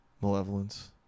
Malevolence